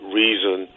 reason